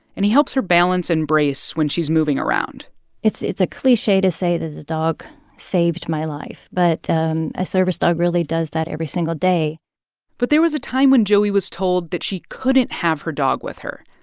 and he helps her balance and brace when she's moving around it's it's a cliche to say that a dog saved my life, but and a service dog really does that every single day but there was a time when joey was told that she couldn't have her dog with her,